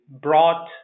brought